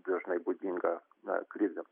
dažnai būdinga na krizėm